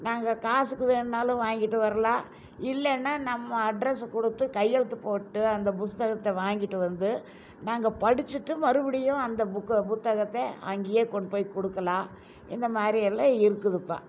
நாங்க காசுக்கு வேணும்னாலும் வாங்கிட்டு வரலாம் இல்லேனால் நம்ம அட்ரெஸை கொடுத்து கையெழுத்து போட்டு அந்த புஸ்தகத்தை வாங்கிட்டு வந்து நாங்கள் படிச்சுட்டு மறுபடியும் அந்த புக்கை புத்தகத்தை அங்கேயே கொண்டு போய் கொடுக்கலாம் இந்த மாதிரியெல்லாம் இருக்குதுப்பா